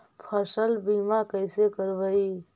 फसल बीमा कैसे करबइ?